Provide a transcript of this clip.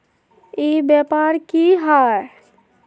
ई व्यापार की हाय?